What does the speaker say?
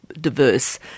diverse